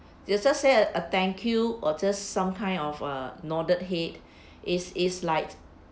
they just said a thank you or just some kind of err nodded head is is like